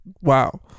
Wow